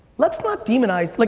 let's not demonize, like